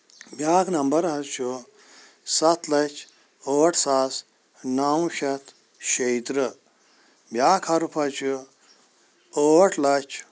بیٚاکھ نمبر حظ چھُ سَتھ لَچھ ٲٹھ ساس نو شٮ۪تھ شیٚیہِ ترٕٛہ بیاکھ حرف حظ چھُ ٲٹھ لَچھ